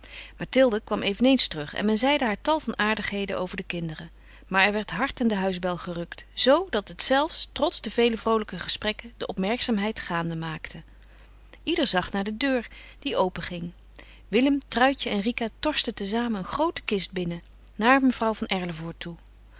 mathilde kwam eveneens terug en men zeide haar tal van aardigheden over de kinderen maar er werd hard aan de huisbel gerukt z dat het zelfs trots de vele vroolijke gesprekken de opmerkzaamheid gaande maakte ieder zag naar de deur die openging willem truitje en rika torsten te zamen een groote kist binnen naar mevrouw van erlevoort toe